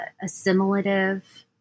assimilative